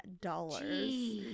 dollars